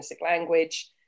language